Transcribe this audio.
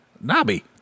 Nobby